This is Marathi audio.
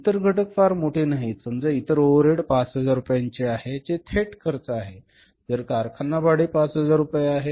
इतर घटक फार मोठे नाहीत समजा इतर ओव्हरहेड 5000 रुपयांचे आहेत जे थेट खर्च आहेत जर कारखाना भाडे 5000 रुपये आहे